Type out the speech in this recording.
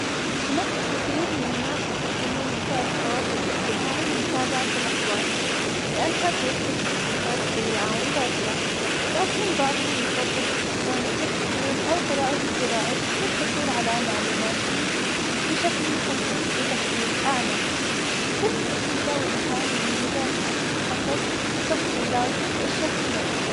هناك الكثير من الناس يستخدمون وسائل التواصل الإجتماعي لمتابعة الإخبار, لأنها توفر تحديثات سريعة ومباشرة, لكن بعضهم يفضل إستخدام التلفزيون أو قراءة الجرائد للحصول على معلوماته بشكل مفصل, وتحليل أعمق, كل وسيلة ولها مميزاتها, حسب تفضيلات الشخص نفسه.